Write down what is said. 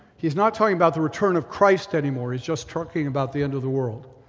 he's not talking about the return of christ anymore. he's just talking about the end of the world.